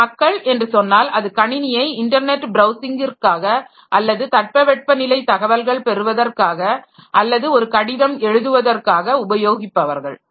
நான் மக்கள் என்று சொன்னால் அது கணினியை இன்டர்நெட் பிரவுசிங்கிற்காக அல்லது தட்பவெட்பநிலை தகவல்கள் பெறுவதற்காக அல்லது ஒரு கடிதம் எழுதுவதற்காக உபயோகிப்பவர்கள்